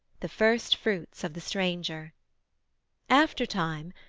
the first-fruits of the stranger aftertime,